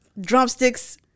drumsticks